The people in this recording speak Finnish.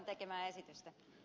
kannatan ed